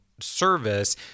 service